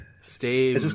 Stay